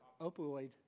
Opioid